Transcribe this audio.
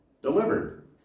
delivered